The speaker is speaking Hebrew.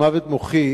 מתה מוות מוחי,